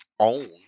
Own